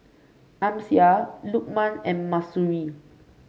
Amsyar Lukman and Mahsuri